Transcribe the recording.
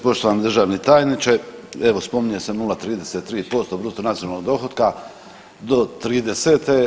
Poštovani državni tajniče, evo spominje se 0,33% bruto nacionalnog dohotka do '30.